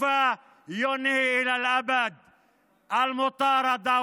כדי להניח בפניכם חוק שיסיים לצמיתות את הרדיפה,